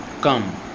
come